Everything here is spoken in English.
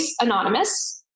anonymous